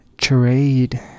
charade